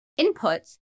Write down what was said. inputs